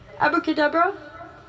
abracadabra